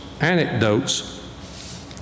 anecdotes